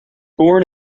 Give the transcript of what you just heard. born